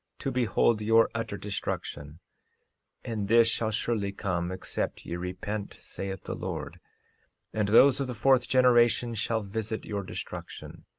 to behold your utter destruction and this shall surely come except ye repent, saith the lord and those of the fourth generation shall visit your destruction.